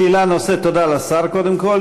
שאלה נוספת, תודה לשר קודם כול.